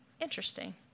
Interesting